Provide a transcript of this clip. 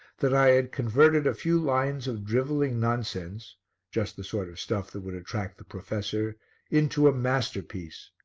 that i had converted a few lines of drivelling nonsense just the sort of stuff that would attract the professor into a masterpiece.